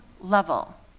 level